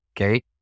Okay